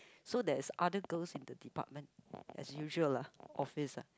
so there's other girls in the department as usual lah office ah